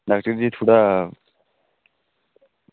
doctor ji थोह्ड़ा